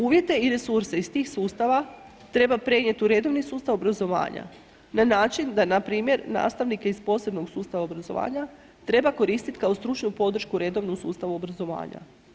Uvjete i resurse iz tih sustava treba prenijeti u redovni sustav obrazovanja na način da, npr. nastavnike iz posebnog sustava obrazovanja treba koristiti kao stručnu podršku redovnom sustavu obrazovanja.